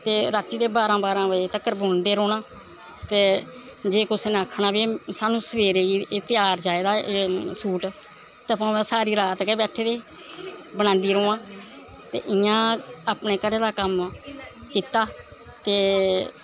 ते रातीं दे बारां बारां बज़े तकर बुनदे रौह्ना ते जे कुसै ने आखना कि सानूं सवेरे गी एह् त्यार चाहिदा सूट ते भामें सारी रात गै बैठी दे बनांदी रवां ते इ'यां अपने घरै दा कम्म कीता ते